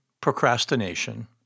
procrastination